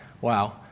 Wow